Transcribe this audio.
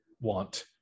want